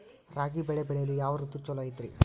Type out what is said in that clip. ರಾಗಿ ಬೆಳೆ ಬೆಳೆಯಲು ಯಾವ ಋತು ಛಲೋ ಐತ್ರಿ?